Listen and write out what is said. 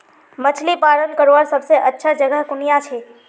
मछली पालन करवार सबसे अच्छा जगह कुनियाँ छे?